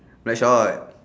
Blackshot